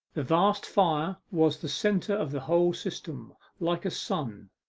the vast fire was the centre of the whole system, like a sun,